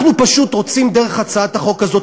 אנחנו פשוט רוצים דרך הצעת החוק הזאת